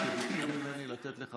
את השקרים שלכם ראינו כל הזמן.